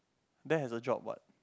that has a job what